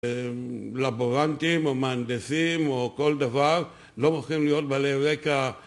לבורנטים, או מהנדסים, או כל דבר - לא מוכרחים להיות בעלי רקע